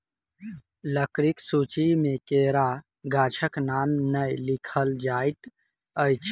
लकड़ीक सूची मे केरा गाछक नाम नै लिखल जाइत अछि